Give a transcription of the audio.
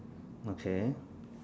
okay